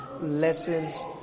Lessons